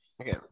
okay